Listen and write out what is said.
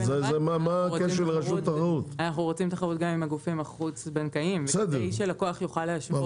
אנחנו רוצים תחרות גם עם הגופים החוץ בנקאיים כדי שהלקוח יוכל להשוות.